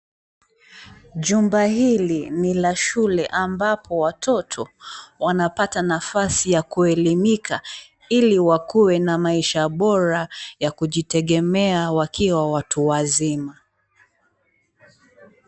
Jumba hili ni la shule ambapo watoto wanapata nafasi ya kuelimika ili wakuwe na maisha bora ya kujitegemea wakiwa watu wazima.